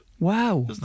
Wow